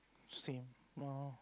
same